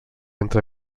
entre